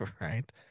right